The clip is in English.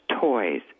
toys